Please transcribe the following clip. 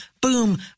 Boom